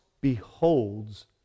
beholds